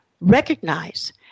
recognize